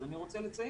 אז אני רוצה לציין